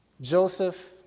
Joseph